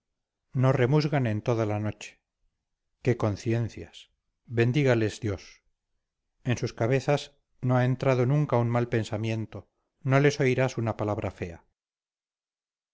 no remusgan en toda la noche qué conciencias bendígales dios en sus cabezas no ha entrado nunca un mal pensamiento no les oirás una palabra fea